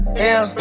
hell